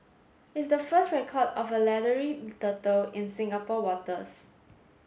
it's the first record of a leathery turtle in Singapore waters